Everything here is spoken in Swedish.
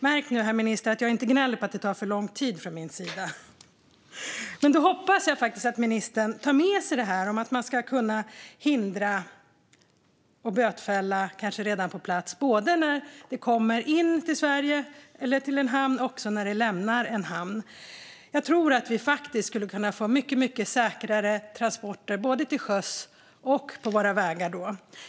Märk nu, herr minister, att jag från min sida inte gnäller på att det tar för lång tid. Men då hoppas jag att ministern tar med sig det här med att man ska kunna hindra och bötfälla, kanske redan på plats, både när transporter kommer till hamnar i Sverige och när de lämnar hamnar. Jag tror att vi faktiskt skulle kunna få mycket säkrare transporter både till sjöss och på våra vägar då.